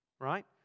right